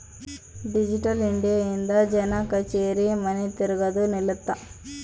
digital India ಇಂದ ಜನ ಕಛೇರಿ ಮನಿ ತಿರ್ಗದು ನಿಲ್ಲುತ್ತ